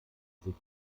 sich